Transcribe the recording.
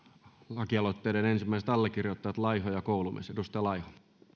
lakialoitteen ensimmäiset allekirjoittajat laiho ja koulumies